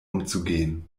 umzugehen